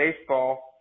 Baseball